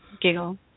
giggle